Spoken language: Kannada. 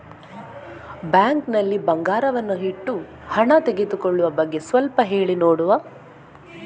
ಬ್ಯಾಂಕ್ ನಲ್ಲಿ ಬಂಗಾರವನ್ನು ಇಟ್ಟು ಹಣ ತೆಗೆದುಕೊಳ್ಳುವ ಬಗ್ಗೆ ಸ್ವಲ್ಪ ಹೇಳಿ ನೋಡುವ?